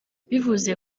bivuze